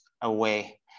away